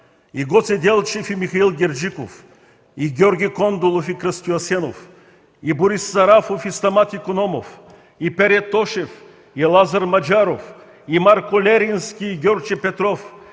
И Гоце Делчев, и Михаил Герджиков, и Георги Кондолов и Кръстьо Асенов, и Борис Саратов и Стамат Икономов, и Пере Тошев и Лазар Маджаров, и Марко Лерински и Гьорче Петров,